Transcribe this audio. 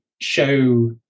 show